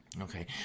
Okay